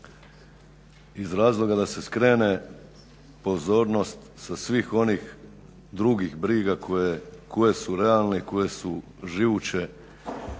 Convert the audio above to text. iz razloga da se skrene pozornost sa svih onih drugih briga koje su realne i koje su živuće